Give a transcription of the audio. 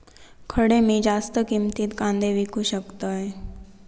खडे मी जास्त किमतीत कांदे विकू शकतय?